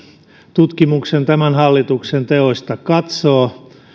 tutkimuksen tämän hallituksen teoista katsoo